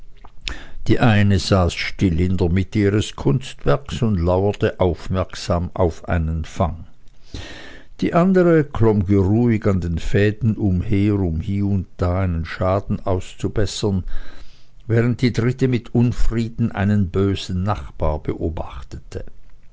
die eine saß still in der mitte ihres kunstwerkes und lauerte aufmerksam auf einen fang die andere klomm geruhig an den fäden umher um hie und da einen schaden auszubessern während die dritte mit unfrieden einen bösen nachbar beobachtete